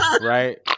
Right